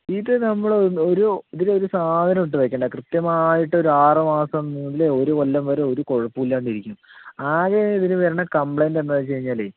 ഇതു നമ്മൾ ഒരു ഇതിലൊരു സാധനവും ഇട്ടു വയ്ക്കണ്ട കൃത്യമായിട്ടൊരു ആറ് മാസം മുതൽ ഒരു കൊല്ലം വരെ ഒരു കുഴപ്പവുമില്ലാണ്ടിരിക്കും ആകെ ഇതിൽ വരണ കംപ്ലയിൻ്റ് എന്താണെന്ന് വച്ചു കഴിഞ്ഞാൽ